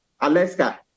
Alaska